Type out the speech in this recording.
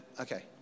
okay